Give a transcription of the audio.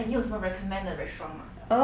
oh 男的女的呀